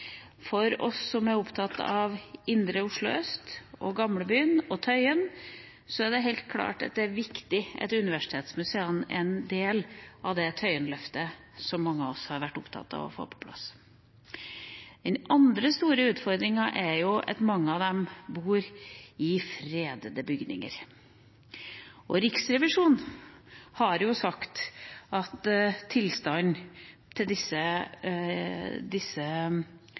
For oss som er opptatt av indre Oslo øst og Gamlebyen og Tøyen, er det helt klart at det er viktig at universitetsmuseene er en del av det Tøyen-løftet som mange av oss har vært opptatt av å få på plass. Den andre store utfordringa er at mange av dem holder til i fredede bygninger. Riksrevisjonen har sagt at